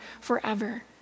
forever